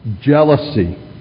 jealousy